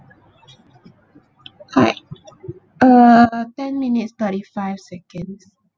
alright uh ten minutes thirty five seconds